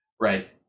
Right